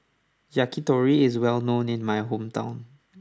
Yakitori is well known in my hometown